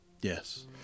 Yes